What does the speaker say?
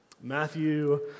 Matthew